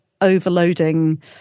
overloading